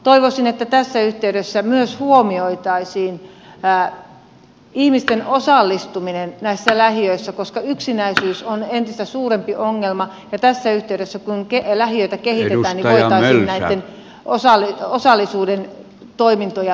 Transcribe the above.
toivoisin että tässä yhteydessä huomioitaisiin myös ihmisten osallistuminen näissä lähiöissä koska yksinäisyys on entistä suurempi ongelma ja tässä yhteydessä kun lähiöitä kehitetään voitaisiin näitä osallisuuden toimintoja myös vahvistaa